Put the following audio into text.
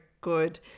good